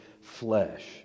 flesh